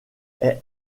est